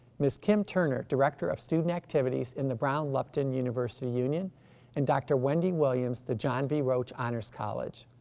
miss kim turner, director of student activities in the brown-lupton university union and dr. wendy williams, the john v. roach honors college.